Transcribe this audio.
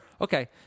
Okay